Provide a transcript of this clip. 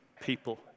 people